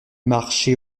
marché